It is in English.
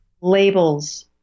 labels